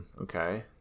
okay